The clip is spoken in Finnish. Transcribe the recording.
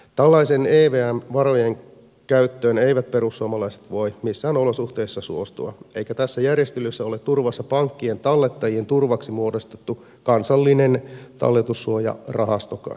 tällaiseen evmn varojen käyttöön eivät perussuomalaiset voi missään olosuhteissa suostua eikä tässä järjestelyssä ole turvassa pankkien tallettajien turvaksi muodostettu kansallinen talletussuojarahastokaan